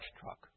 truck